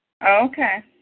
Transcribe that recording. Okay